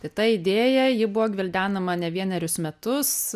tai ta idėja ji buvo gvildenama ne vienerius metus